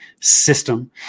System